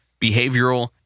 behavioral